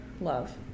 Love